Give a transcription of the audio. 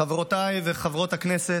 חברי וחברות הכנסת,